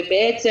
ובעצם,